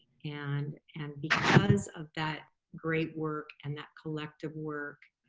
and and because of that great work and that collective work,